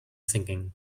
sinking